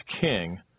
king